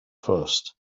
first